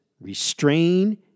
restrain